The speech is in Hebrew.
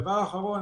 דבר אחרון,